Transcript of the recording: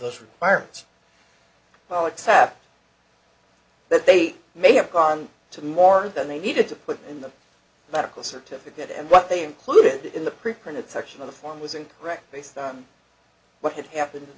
those requirements well except that they may have gone to more than they needed to put in the medical certificate and what they included in the preprinted section of the form was incorrect based on what had happened